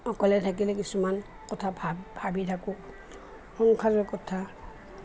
অকলে থাকিলে কিছুমান কথা ভাবি থাকোঁ সংসাৰৰ কথা